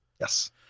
Yes